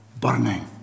burning